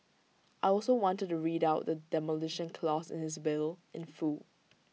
I also wanted to read out the Demolition Clause in his will in full